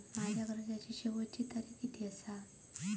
माझ्या कर्जाची शेवटची तारीख किती आसा?